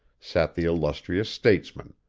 sat the illustrious statesman,